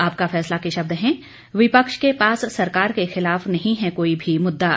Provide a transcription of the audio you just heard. आपका फैसला के शब्द हैं विपक्ष के पास सरकार के खिलाफ नहीं है कोई भी मुद्दा